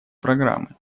программы